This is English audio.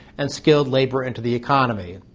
and skilled labor into the economy.